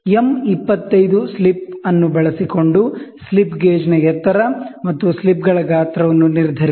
M25 slip ಅನ್ನು ಬಳಸಿಕೊಂಡು slip ಗೇಜ್ನ ಎತ್ತರ ಮತ್ತು ಸ್ಲಿಪ್ಗಳ ಗಾತ್ರವನ್ನು ನಿರ್ಧರಿಸಿ